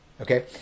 Okay